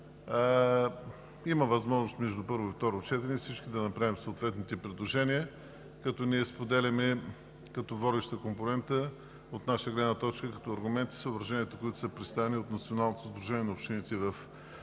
Има възможност между първо и второ четене всички да направим съответните предложения. Ние споделяме като водеща компонента от наша гледна точка аргументите и съображенията, които са представени от Националното сдружение на общините в нашата